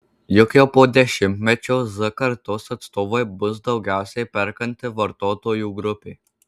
juk jau po dešimtmečio z kartos atstovai bus daugiausiai perkanti vartotojų grupė